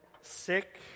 sick